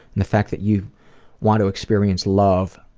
the fact that you want to experience love